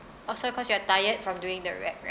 also cause you are tired from doing the rep right